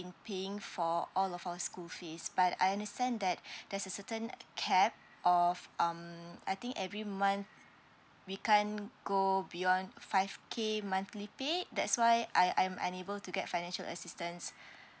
paying for all of our school fees but I understand that there's a certain cap of um I think every month we can't go beyond five k monthly pay that's why I'm unable to get financial assistance